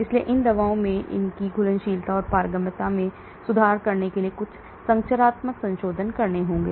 इसलिए इन दवाओं में उनकी घुलनशीलता और पारगम्यता में सुधार करने के लिए कुछ संरचनात्मक संशोधन करने होंगे